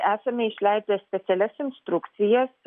esame išleidę specialias instrukcijas